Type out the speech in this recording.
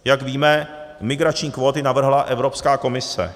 Jak víme, migrační kvóty navrhla Evropská komise.